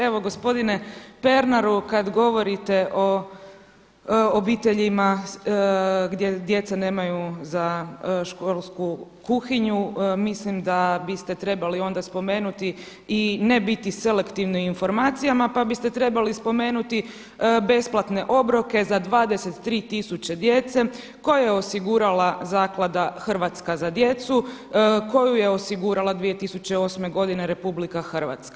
Evo gospodine Pernaru kada govorite o obiteljima gdje djeca nemaju za školsku kuhinju, mislim da biste trebali onda spomenuti i ne biti selektivni u informacijama pa biste trebali spomenuti besplatne obroke za 23 tisuće djece koje je osigurala Zaklada „Hrvatska za djecu“ koju je osigurala 2008. godine RH.